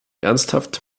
ernsthaft